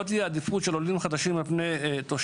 לא תהיה עדיפות של עולים חדשים על פני תושבים,